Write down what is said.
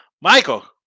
Michael